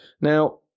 Now